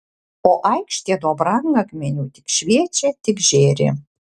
o aikštė nuo brangakmenių tik šviečia tik žėri